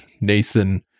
Nathan